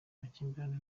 amakimbirane